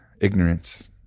ignorance